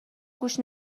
گوش